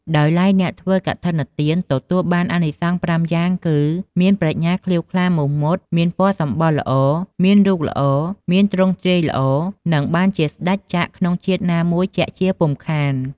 ដោយឡែកអ្នកធ្វើកឋិនទានទទួលបានអានិសង្ស៥យ៉ាងគឺ មានប្រាជ្ញាក្លៀវក្លាមុះមុត មានពណ៌សម្បុរល្អ មានរូបល្អ មានទ្រង់ទ្រាយល្អ នឹងបានជាស្តេចចក្រក្នុងជាតិណាមួយជាក់ជាពុំខាន។